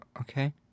okay